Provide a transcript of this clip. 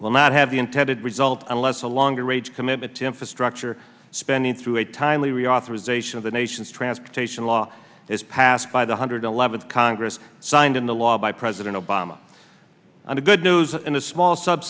will not have the intended result unless a longer range commitment to infrastructure spending through a timely reauthorization of the nation's transportation law is passed by the hundred eleventh congress signed into law by president obama and the good news in a small sub